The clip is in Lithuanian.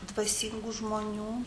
dvasingų žmonių